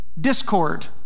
discord